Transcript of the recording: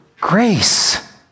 grace